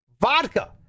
vodka